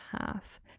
half